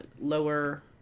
Lower